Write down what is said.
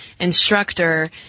instructor